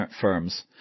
firms